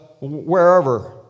wherever